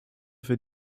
für